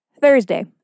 Thursday